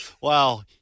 Wow